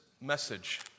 message